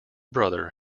brother